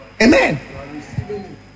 Amen